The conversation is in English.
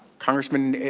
congressman,